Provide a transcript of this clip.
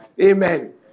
Amen